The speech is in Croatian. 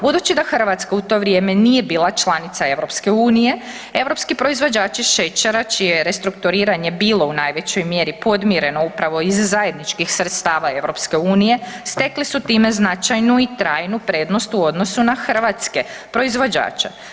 Budući da Hrvatska u to vrijeme nije bila članica EU, europski proizvođači šećera čije je restrukturiranje bilo u najvećoj mjeri podmireno upravo iz zajedničkih sredstava EU stekli su time značajnu i trajnu prednost u odnosu na hrvatske proizvođače.